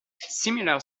similar